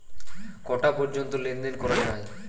কটা পর্যন্ত লেন দেন করা য়ায়?